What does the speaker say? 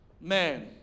man